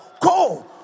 go